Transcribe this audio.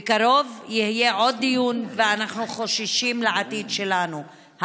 בקרוב יהיה עוד דיון ואנחנו חוששים לעתיד שלנו,